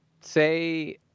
Say